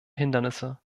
hindernisse